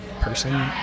person